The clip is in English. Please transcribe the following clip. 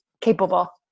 capable